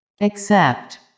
Accept